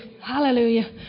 Hallelujah